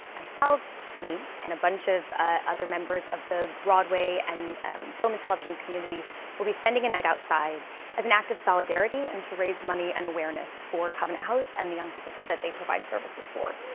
myself me and a bunch of other members of the broadway and film and television community will be spending a night outside as an act of solidarity and to raise money and awareness for covenant house and the young people that they provide services for.